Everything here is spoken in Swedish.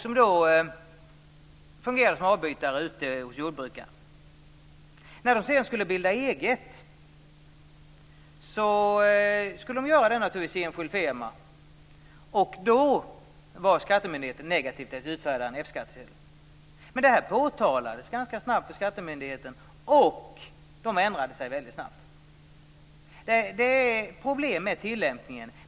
De fungerade som avbytare hos olika jordbrukare. När de sedan skulle bilda en enskild firma var skattemyndigheten negativ till att utfärda F-skattsedel. När detta påtalades ändrade sig skattemyndigheten väldigt snabbt. Det är alltså problem med tillämpningen.